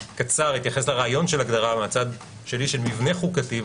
אתייחס לרעיון של הגדרה מהצד שלי של מבנה חוקתי,